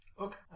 Okay